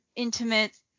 intimate